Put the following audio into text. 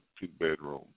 two-bedroom